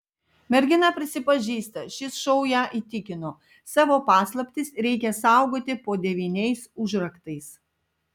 mergina prisipažįsta šis šou ją įtikino savo paslaptis reikia saugoti po devyniais užraktais